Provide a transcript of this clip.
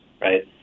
right